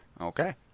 okay